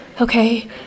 Okay